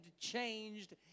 changed